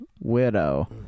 Widow